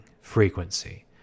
frequency